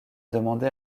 demandé